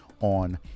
on